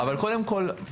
קודם כל,